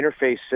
interface